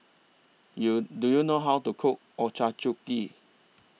YOU Do YOU know How to Cook Ochazuke